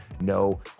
No